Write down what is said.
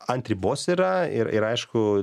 ant ribos yra ir ir aišku